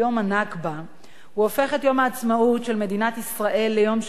הופך את יום העצמאות של מדינת ישראל ליום של אסון.